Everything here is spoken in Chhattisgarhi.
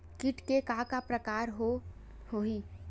कीट के का का प्रकार हो होही?